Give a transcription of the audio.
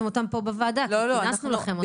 שמעתם אותם פה בוועדה כי כינסנו לכם אותם.